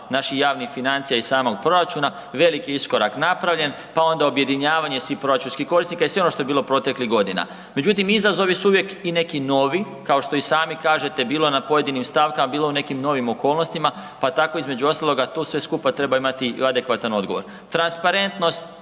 naših javnih financija i samog proračuna, veliki iskorak napravljen pa onda objedinjavanje svih proračunskih korisnika i sve ono što je bilo proteklih godina. Međutim, izazovi su uvijek i neki novi, kao što i sami kažete, bilo je na pojedinim stavkama, bilo je u nekim novim okolnostima pa tako između ostaloga tu sve skupa treba imati i adekvatan odgovor. Transparentnost